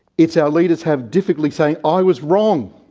it's our leaders have difficulty saying i was wrong!